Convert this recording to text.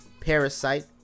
Parasite